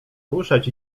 ruszać